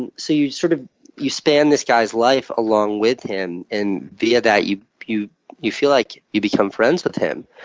and so you sort of you span this guy's life along with him. and, via that, you you you feel like you become friends with him.